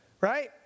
Right